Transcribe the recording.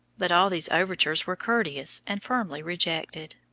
but all these overtures were courteously and firmly rejected.